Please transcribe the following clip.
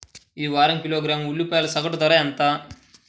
ఈ వారం కిలోగ్రాము ఉల్లిపాయల సగటు ధర ఎంత?